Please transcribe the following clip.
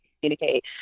communicate